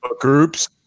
groups